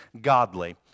Godly